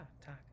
Talk